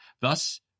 Thus